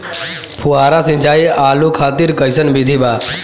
फुहारा सिंचाई आलू खातिर कइसन विधि बा?